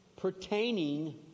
pertaining